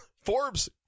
forbes